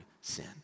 sin